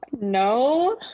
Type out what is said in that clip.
no